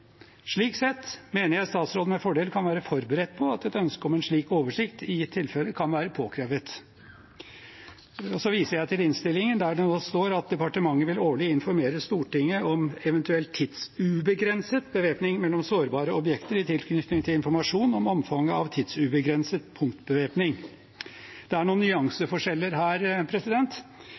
Slik sett mener jeg statsråden med fordel kan være forberedt på at et ønske om en slik oversikt i gitte tilfeller kan være påkrevet. Så viser jeg til innstillingen, der det nå står: «Departementet vil årlig informere Stortinget om eventuell tidsubegrenset bevæpning mellom sårbare objekter i tilknytning til informasjon om omfanget av tidsubegrenset punktbevæpning.» Det er noen nyanseforskjeller her.